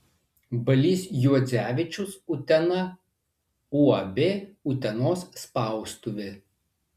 balys juodzevičius utena uab utenos spaustuvė